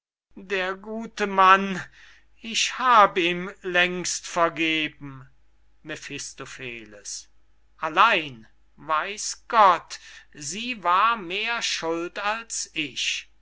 der gute mann ich hab ihm längst vergeben mephistopheles allein weiß gott sie war mehr schuld als ich